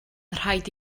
rhaid